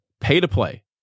pay-to-play